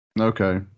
Okay